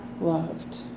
loved